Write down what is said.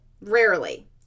rarely